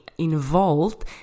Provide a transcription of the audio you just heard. involved